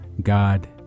God